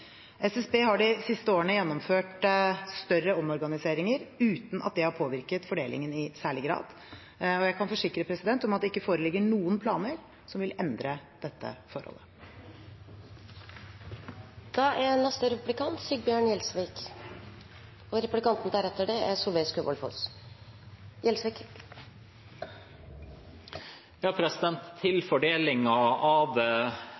SSB har de siste årene gjennomført større omorganiseringer uten at det har påvirket fordelingen i særlig grad. Jeg kan forsikre om at det ikke foreligger noen planer som vil endre dette forholdet. Til fordelingen av ansatte mellom og aktivitet på Kongsvinger og i Oslo gir statsråden i sitt forrige svar inntrykk av